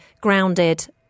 grounded